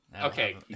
Okay